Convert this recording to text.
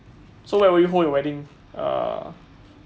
so where will you hold your wedding uh